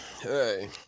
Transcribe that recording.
Hey